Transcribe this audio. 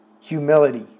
humility